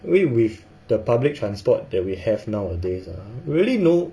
I mean with the public transport that we have nowadays ah really no